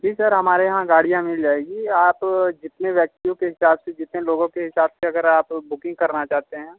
जी sir हमारे यहाँ गाड़ियाँ मिल जायेंगी आप जितने व्यक्तियों के हिसाब से जितने लोगों के हिसाब से अगर आप बुकिंग करना चाहते हैं